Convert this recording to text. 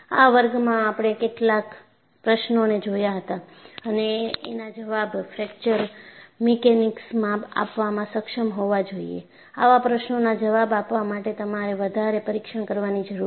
આ વર્ગમાં આપણે કેટલાક પ્રશ્નો ને જોયા હતા અને જેના જવાબ ફ્રેક્ચર મીકેનીક્સમાં આપવામાં સક્ષમ હોવા જોઈએ આવા પ્રશ્નોના જવાબ આપવા માટે તમારે વધારે પરીક્ષણ કરવાની જરૂર છે